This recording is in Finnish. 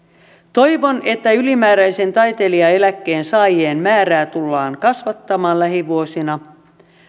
toivon että ylimääräisen taiteilijaeläkkeen saajien määrää tullaan kasvattamaan lähivuosina